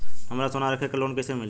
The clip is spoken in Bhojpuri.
हमरा सोना रख के लोन कईसे मिली?